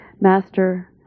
Master